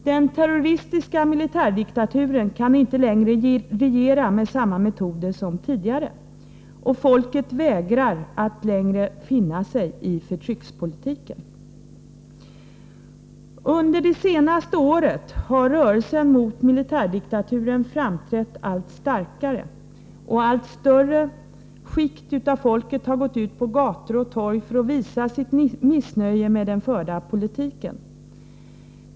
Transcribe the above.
Den terroristiska militärdiktaturen kan inte längre regera med samma metoder som tidigare, och folket vägrar att längre finna sig i förtryckspolitiken. Under det senaste året har rörelsen mot militärdiktaturen framträtt allt starkare. Allt större skikt av folket har gått ut på gator och torg för att visa sitt missnöje med den förda politiken.